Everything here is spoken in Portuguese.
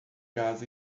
gás